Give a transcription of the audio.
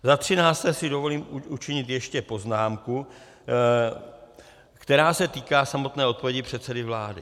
Za třinácté si dovolím učinit ještě poznámku, která se týká samotné odpovědi předsedy vlády.